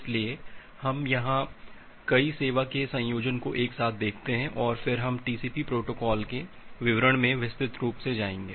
इसलिए हम यहां कई सेवा के संयोजन को एक साथ देखते हैं और फिर हम टीसीपी प्रोटोकॉल के विवरण में विस्तृत रूप से जाएंगे